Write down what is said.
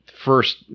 First